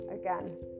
again